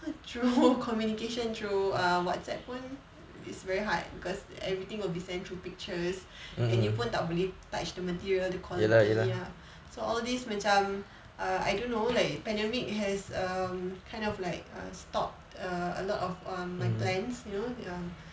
through err communication through err whatsapp pun it's very hard cause everything will be sent through pictures and you pun touch the material the quality ya so all these macam err I don't know like pandemic has um kind of like err stop err a lot of um my plans you know ya